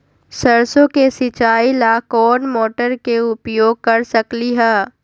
सरसों के सिचाई ला कोंन मोटर के उपयोग कर सकली ह?